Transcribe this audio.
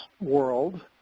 world